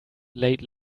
late